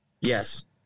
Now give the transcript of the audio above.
Yes